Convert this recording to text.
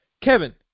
Kevin